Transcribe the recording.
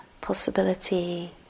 possibility